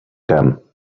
ten